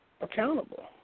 accountable